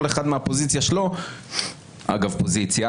כל אחד מהפוזיציה שלו אגב פוזיציה